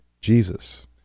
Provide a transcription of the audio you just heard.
Jesus